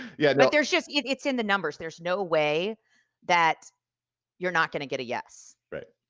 yeah but there's just it's in the numbers there's no way that you're not going to get a yes. right.